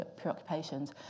preoccupations